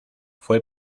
fue